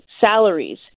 salaries